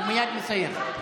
הוא מייד מסיים.